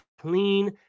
clean